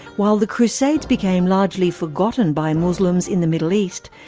while the crusades became largely forgotten by muslims in the middle east,